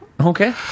Okay